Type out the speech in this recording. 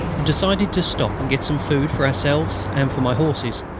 and decided to stop and get some food for ourselves and for my horses,